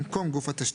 במקום גוף התשתית,